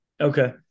Okay